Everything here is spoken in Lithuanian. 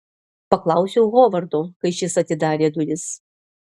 paklausiau hovardo kai šis atidarė duris